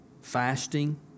fasting